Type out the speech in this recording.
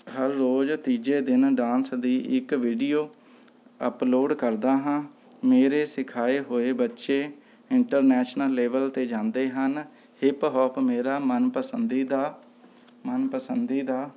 ਹਰ ਰੋਜ਼ ਤੀਜੇ ਦਿਨ ਡਾਂਸ ਦੀ ਇੱਕ ਵੀਡਿਓ ਅਪਲੋਡ ਕਰਦਾ ਹਾਂ ਮੇਰੇ ਸਿਖਾਏ ਹੋਏ ਬੱਚੇ ਇੰਟਰਨੈਸ਼ਨਲ ਲੈਵਲ 'ਤੇ ਜਾਂਦੇ ਹਨ ਹਿਪ ਹੋਪ ਮੇਰਾ ਮਨਪਸੰਦੀ ਦਾ ਮਨਪਸੰਦੀ ਦਾ